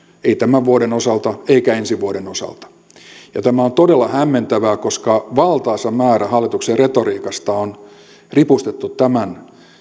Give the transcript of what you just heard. ei tämän vuoden osalta eikä ensi vuoden osalta tämä on todella hämmentävää koska valtaisa määrä hallituksen retoriikasta on ripustettu tämän